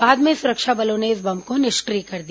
बाद में सुरक्षा बलों ने इस बम को निष्क्रिय कर दिया